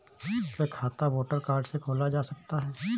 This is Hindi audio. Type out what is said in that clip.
क्या खाता वोटर कार्ड से खोला जा सकता है?